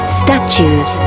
statues